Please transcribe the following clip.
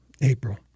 April